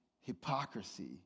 hypocrisy